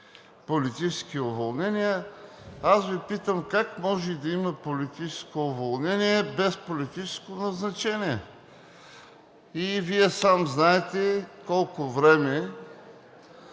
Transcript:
политически уволнения. Аз Ви питам: как може да има политическо уволнение без политическо назначение? Вие сам знаете колко време